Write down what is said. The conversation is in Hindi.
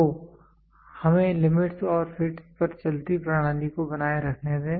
तो हमें लिमिटस् और फिटस् पर चलती प्रणाली को बनाए रखने दें